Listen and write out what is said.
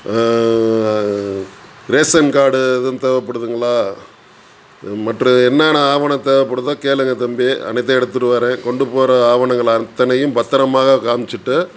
ration card ஏதும் தேவைப்படுதுங்களா மற்ற என்னன்ன ஆவணம் தேவைப்படுதோ கேளுங்கள் தம்பி அனைத்தும் எடுத்துகிட்டு வர்றேன் கொண்டு போகிற ஆவணங்களை அத்தனையும் பத்திரமாக காமிச்சுட்டு